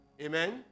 Amen